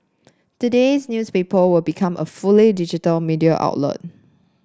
today's newspaper will become a fully digital media outlet